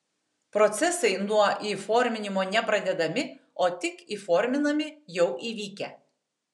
procesai nuo įforminimo ne pradedami o tik įforminami jau įvykę